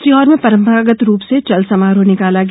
सीहोर में परंपरागत रूप से चल समारोह निकाल गया